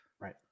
Right